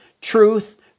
truth